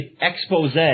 expose